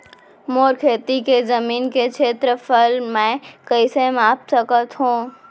मोर खेती के जमीन के क्षेत्रफल मैं कइसे माप सकत हो?